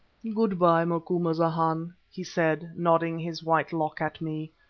good-bye, macumazahn, he said, nodding his white lock at me.